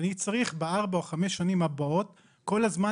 אני צריך בארבע או החמש השנים הבאות כל הזמן